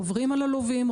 עוברים על הלווים,